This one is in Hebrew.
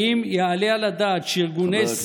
האם יעלה על הדעת שארגוני,